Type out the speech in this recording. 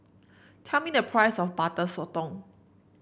tell me the price of Butter Sotong